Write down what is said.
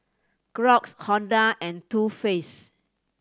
Crocs Honda and Too Faced